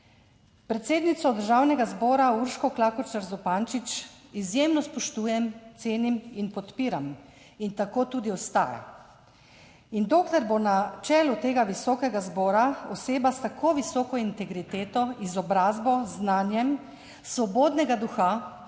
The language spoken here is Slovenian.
Predsednico Državnega zbora Urško Klakočar Zupančič izjemno spoštujem, cenim in podpiram in tako tudi ostaja. In dokler bo na čelu tega visokega zbora oseba s tako visoko integriteto, izobrazbo, znanjem, svobodnega duha